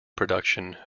production